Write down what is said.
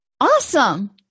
awesome